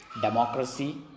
democracy